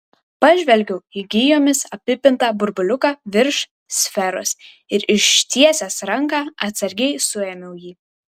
pažvelgiau į gijomis apipintą burbuliuką virš sferos ir ištiesęs ranką atsargiai suėmiau jį